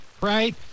Right